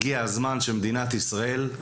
הגיע הזמן שמדינת ישראל,